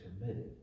committed